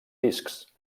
discs